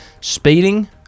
Speeding